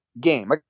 game